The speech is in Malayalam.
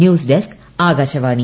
news desk Akashvani